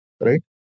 right